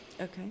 Okay